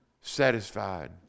satisfied